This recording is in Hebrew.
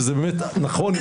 ונכון,